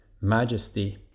majesty